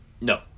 no